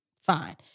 fine